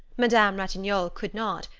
madame ratignolle could not,